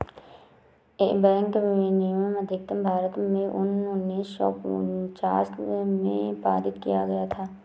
bank विनियमन अधिनियम भारत में सन उन्नीस सौ उनचास में पारित किया गया था